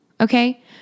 Okay